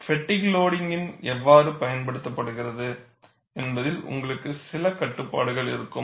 ஃப்பெட்டிக் loading எவ்வாறு பயன்படுத்தப்படுகிறது என்பதில் உங்களுக்கு சில கட்டுப்பாடுகள் இருக்கும்